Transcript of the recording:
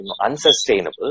unsustainable